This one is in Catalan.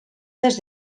des